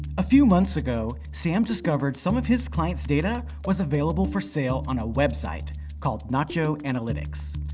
a few months ago, sam discovered some of his clients' data was available for sale on a website called nacho analytics.